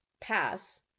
pass